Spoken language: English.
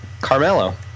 Carmelo